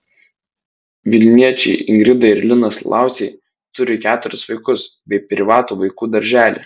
vilniečiai ingrida ir linas lauciai turi keturis vaikus bei privatų vaikų darželį